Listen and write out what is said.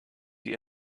die